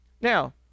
now